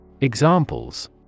Examples